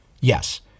Yes